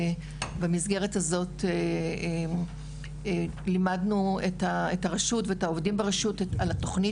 במסגרת הזאת לימדנו את הרשות ואת העובדים ברשות על התוכנית